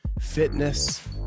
fitness